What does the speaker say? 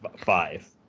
five